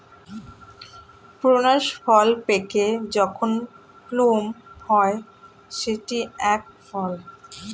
prunes ফল পেকে যখন প্লুম হয় সেটি এক ফল